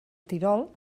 tirol